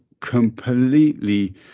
completely